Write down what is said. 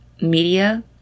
media